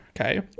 okay